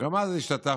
גם אז השתתפנו